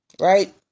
right